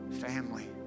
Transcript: family